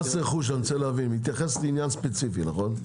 מס רכוש מתייחס לעניין ספציפי, נכון?